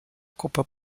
copa